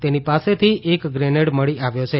તેની પાસેથી એક ગ્રેનેડ મળી આવ્યો છે